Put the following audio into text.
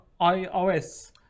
iOS